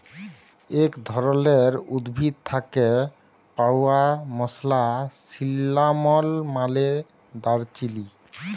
ইক ধরলের উদ্ভিদ থ্যাকে পাউয়া মসলা সিল্লামল মালে দারচিলি